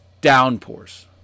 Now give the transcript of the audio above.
Downpours